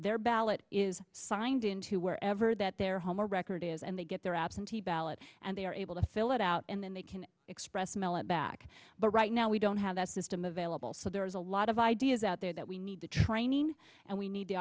their ballot is signed into wherever that their home record is and they get their absentee ballot and they are able to fill it out and then they can express mail it back but right now we don't have that system available so there's a lot of ideas out there that we need the training and we need the